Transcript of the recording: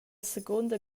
secunda